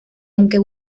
aunque